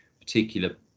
particular